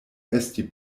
esti